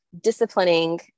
disciplining